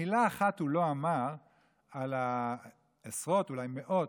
מילה אחת הוא לא אמר על עשרות, אולי מאות,